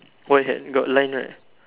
white hat got line right